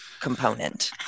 component